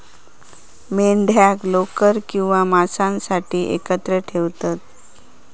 मेंढ्यांका लोकर किंवा मांसासाठी एकत्र ठेवतत